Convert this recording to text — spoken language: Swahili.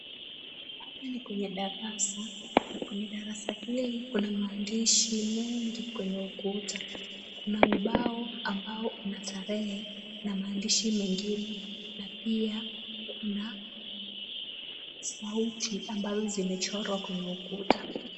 Hapa ni kwenye darasa na kwenye darasa hili kuna maandishi mengi kwenye ukuta. Kuna ubao ambao una tarehe na maandishi mengine na pia kuna sauti ambazo zimechorwa kwenye ukuta.